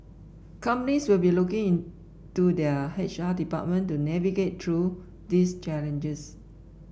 companies will be looking to their H R department to navigate through these challenges